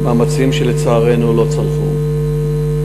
מאמצים שלצערנו לא צלחו.